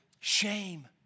Shame